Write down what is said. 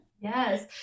Yes